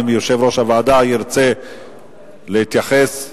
אם יושב-ראש הוועדה ירצה להתייחס לחוק,